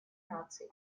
наций